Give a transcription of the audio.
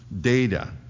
data